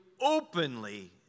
openly